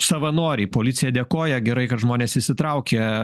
savanoriai policija dėkoja gerai kad žmonės įsitraukia